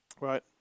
Right